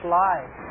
lies